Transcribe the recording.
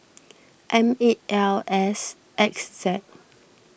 M eight L S X Z